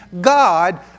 God